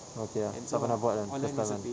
okay ya tak pernah buat kan first time kan